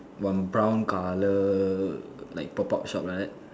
one brown colour like pop up shop like that